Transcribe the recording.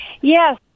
Yes